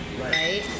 right